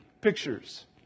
pictures